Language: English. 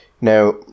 Now